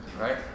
Right